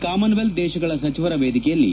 common ವೆಲ್ತ ದೇಶಗಳ ಸಚಿವರ ವೇದಿಕೆಯಲ್ಲಿ